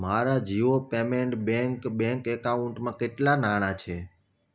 મારા Jio payment bank bank એકાઉન્ટમાં કેટલાં નાણાં છે